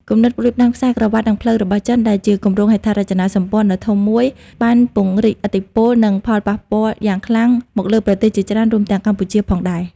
គំនិតផ្តួចផ្តើមខ្សែក្រវាត់ និងផ្លូវរបស់ចិន ដែលជាគម្រោងហេដ្ឋារចនាសម្ព័ន្ធដ៏ធំមួយ បានពង្រីកឥទ្ធិពល និងផលប៉ះពាល់យ៉ាងខ្លាំងមកលើប្រទេសជាច្រើន រួមទាំងកម្ពុជាផងដែរ។